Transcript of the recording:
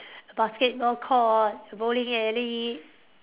basketball court bowling alley